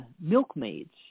milkmaids